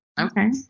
Okay